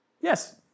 Yes